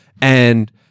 And-